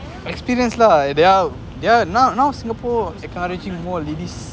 experience lah there are there are now now singapore is encouraging more ladies